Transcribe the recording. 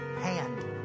hand